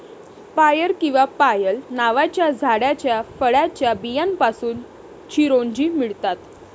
पायर किंवा पायल नावाच्या झाडाच्या फळाच्या बियांपासून चिरोंजी मिळतात